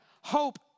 hope